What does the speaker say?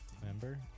Remember